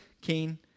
Cain